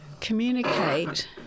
communicate